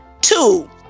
Two